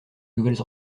nouvelles